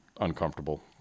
uncomfortable